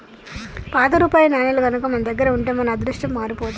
పాత రూపాయి నాణేలు గనక మన దగ్గర ఉంటే మన అదృష్టం మారిపోతాది